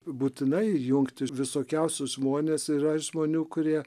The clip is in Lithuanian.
būtinai jungti visokiausius žmones yra žmonių kurie